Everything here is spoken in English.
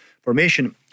formation